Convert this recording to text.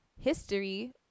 History